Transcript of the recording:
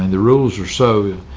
and the rules are so.